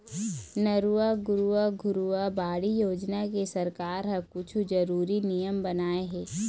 नरूवा, गरूवा, घुरूवा, बाड़ी योजना के सरकार ह कुछु जरुरी नियम बनाए हे